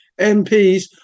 MPs